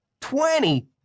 Twenty